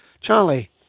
Charlie